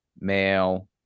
male